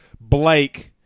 Blake